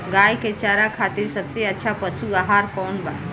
गाय के चारा खातिर सबसे अच्छा पशु आहार कौन बा?